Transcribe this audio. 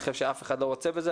אני חושב שאף אחד לא רוצה בזה.